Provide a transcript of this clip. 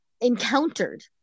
encountered